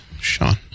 Sean